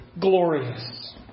glorious